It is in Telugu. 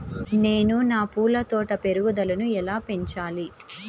నేను నా పూల తోట పెరుగుదలను ఎలా పెంచాలి?